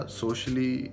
socially